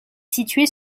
située